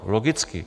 Logicky.